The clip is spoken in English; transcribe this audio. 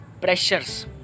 pressures